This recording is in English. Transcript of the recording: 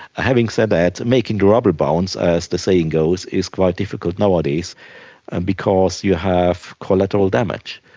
having said that, making the rubber bounce, as the saying goes, is quite difficult nowadays and because you have collateral damage.